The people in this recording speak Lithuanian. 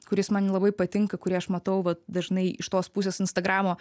kuris man nelabai patinka kurį aš matau vat dažnai iš tos pusės instagramo